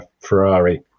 Ferrari